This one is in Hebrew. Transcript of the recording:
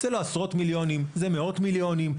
זה לא עשרות מיליונים אלא מאות מיליונים.